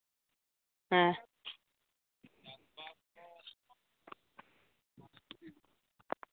ᱦᱮᱸ